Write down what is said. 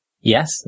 Yes